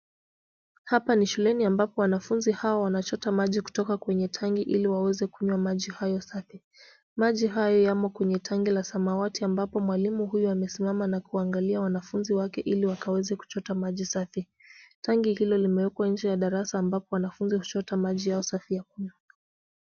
Hapa bi shuleni ambapo wanafunzi hawa wanachota maji kutoka kwenye tanki ili waeze kunywa maji hayo safi. Maji hayo yamo kwenye tanki la samawati ambapo mwalimu huyu amesimama na kuangalia wanafunzi wake ili wakaweze kuchota maji safi. Tanki hilo limewekwa nje ya darasa ambapo wanafunzi huchota maji yao safi ya kunywa.